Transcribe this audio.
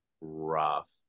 rough